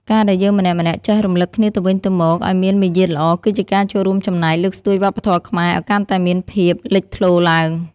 ការដែលយើងម្នាក់ៗចេះរំលឹកគ្នាទៅវិញទៅមកឱ្យមានមារយាទល្អគឺជាការចូលរួមចំណែកលើកស្ទួយវប្បធម៌ខ្មែរឱ្យកាន់តែមានភាពលេចធ្លោឡើង។